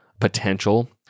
potential